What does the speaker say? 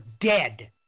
dead